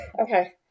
okay